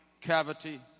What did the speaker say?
cavity